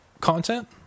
content